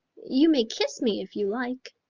you may kiss me if you like,